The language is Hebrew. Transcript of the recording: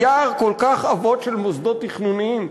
יער כל כך עבות של מוסדות תכנוניים,